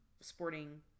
Sporting